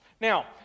Now